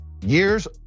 years